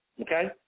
Okay